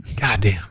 Goddamn